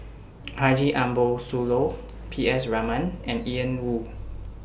Haji Ambo Sooloh P S Raman and Ian Woo